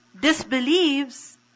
disbelieves